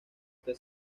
que